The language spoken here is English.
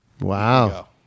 Wow